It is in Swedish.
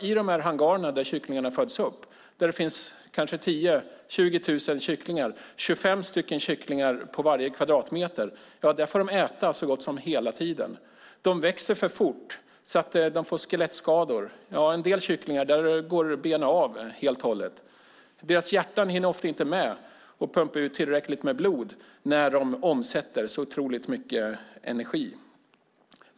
I de hangarer där kycklingarna föds upp, där det finns kanske 10 000-20 000 kycklingar och 25 kycklingar på varje kvadratmeter, får de äta så gott som hela tiden. De växer för fort. De får skelettskador. Hos en del kycklingar går benen av. Deras hjärtan hinner ofta inte med att pumpa ut tillräckligt med blod när de omsätter så otroligt mycket energi.